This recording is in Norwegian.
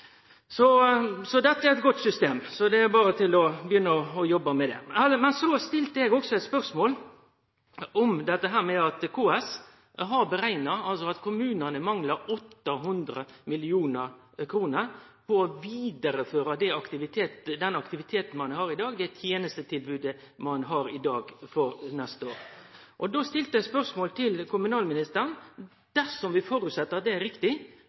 Dette er eit godt system, så det er berre å begynne å jobbe med det. Så stilte eg òg eit spørsmål som går på at KS har berekna at kommunane manglar 800 mill. kr på å vidareføre for neste år den aktiviteten, det tenestetilbodet, ein har i dag. Spørsmålet til kommunalministeren er: Dersom ein føreset at det er riktig – kvar i